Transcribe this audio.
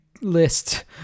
list